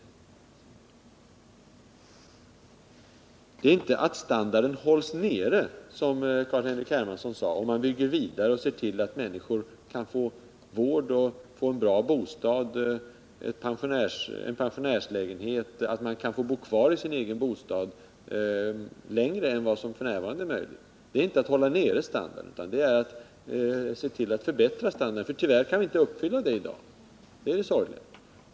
Det innebär inte att standarden hålls nere, som Carl-Henrik Hermansson sade, om man bygger vidare och ser till att pensionärerna kan få vård, bra bostad, att de kan få bo kvar i sin bostad längre än vad som f. n. är möjligt, pensionärslägenheter osv. Det är inte att hålla nere standarden utan det är att förbättra standarden, för tyvärr kan vii dag inte uppfylla de kraven —det är det sorgliga.